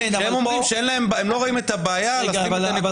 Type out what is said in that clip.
כשהם אומרים שהם לא רואים את הבעיה --- חלק